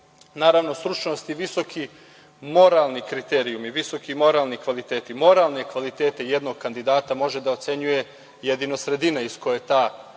naravno, stručnost i visoki moralni kriterijumi, visoki moralni kvaliteti. Moralne kvalitete jednog kandidata može da ocenjuje jedino sredina iz koje taj kandidat